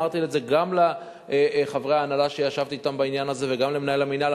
אמרתי את זה גם לחברי ההנהלה כשישבתי אתם בעניין הזה וגם למנהל המינהל,